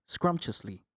scrumptiously